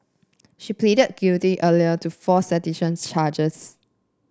she pleaded guilty earlier to four seditions charges